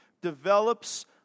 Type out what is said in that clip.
develops